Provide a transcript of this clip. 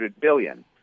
billion